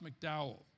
McDowell